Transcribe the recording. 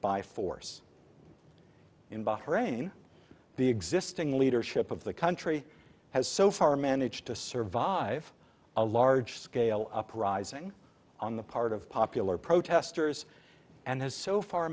by force in bahrain the existing leadership of the country has so far managed to survive a large scale uprising on the part of popular protestors and has so far